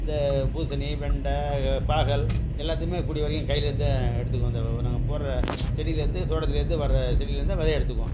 இந்த பூசணி வெண்டை பாகல் எல்லாத்துக்குமே கூடிய வரைக்கும் கைலேருந்து தான் எடுத்துக்குவோம் இந்த நாங்கள் போடுற செடிலேருந்து தோட்டத்துலேருந்து வர செடிலேருந்து வெதைய எடுத்துக்குவோம்